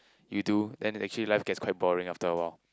you do then actually life gets quite boring after awhile